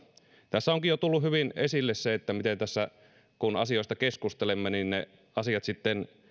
tässä onkin jo tullut hyvin esille se miten tässä kun asioista keskustelemme ne asiat sitten